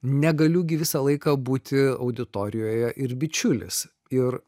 negaliu gi visą laiką būti auditorijoje ir bičiulis ir